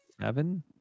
seven